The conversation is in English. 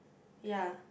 ya